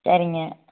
சரிங்க